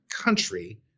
country